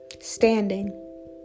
standing